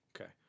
Okay